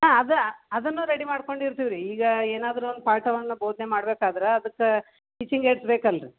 ಹಾಂ ಅದು ಅದನ್ನೂ ರೆಡಿ ಮಾಡಿಕೊಂಡು ಇರ್ತೀವಿ ರೀ ಈಗ ಏನಾದರೂ ಒಂದು ಪಾಠವನ್ನು ಬೋಧನೆ ಮಾಡ್ಬೇಕಾದ್ರೆ ಅದಕ್ಕೆ ಟೀಚಿಂಗ್ ಏಡ್ಸ್ ಬೇಕಲ್ಲ ರೀ